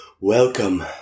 Welcome